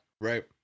right